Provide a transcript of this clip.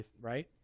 right